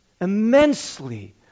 immensely